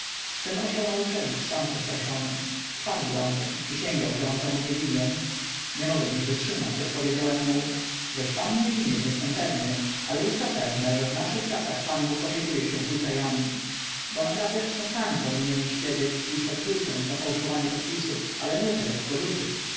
ten osioł maruszewicz sam przestraszony wpadł do mnie przysięgał że on temu nie winien nie mogłem już wytrzymać i odpowiedziałem mu żeś pan nie winien jestem pewny ale i to pewne że w naszych czasach pan bóg opiekuje się hultajami bo naprawdę to pan powinieneś siedzieć dziś pod kluczem za fałszowanie podpisów ale nie te